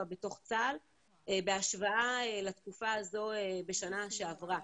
בתוך צה"ל בהשוואה לתקופה הזו בשנה שעברה.